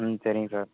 ம் சரிங்க சார்